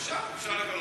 אפשר, אפשר לגלות.